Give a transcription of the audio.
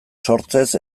sortzez